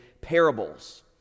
parables